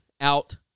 out